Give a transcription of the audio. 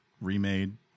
remade